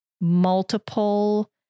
multiple